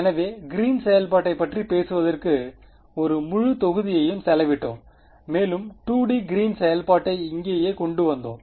எனவே Green's green's செயல்பாட்டைப் பற்றி பேசுவதற்கு ஒரு முழு தொகுதியையும் செலவிட்டோம் மேலும் 2டி கிறீன்ஸ் green's செயல்பாட்டை இங்கேயே கொண்டு வந்தோம்